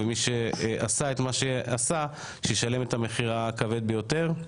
ושמי שעשה את מה שעשה ישלם את המחיר הכבד ביותר.